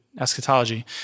eschatology